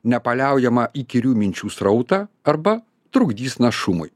nepaliaujamą įkyrių minčių srautą arba trukdys našumui